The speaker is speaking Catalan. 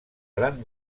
gran